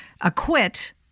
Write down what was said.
acquit